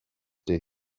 did